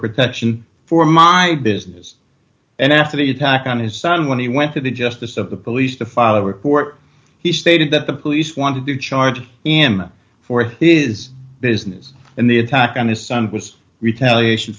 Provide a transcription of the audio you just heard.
protection for my business and after the attack on his son when he went to the justice of the police to file a report he stated that the police wanted to charge him for his business and the attack on his son was retaliation